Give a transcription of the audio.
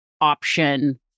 option